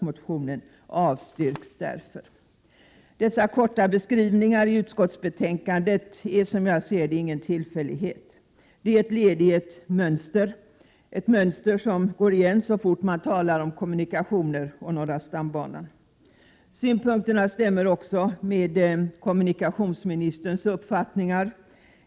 Motionen avstyrks därför.” Dessa korta skrivningar i utskottsbetänkandet är, som jag ser det, ingen tillfällighet. De är ett led i ett mönster, ett mönster som går igen så fort man talar om kommunikationer och om norra stambanan. Synpunkterna stämmer också med kommunikationsministerns uppfattning.